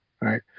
right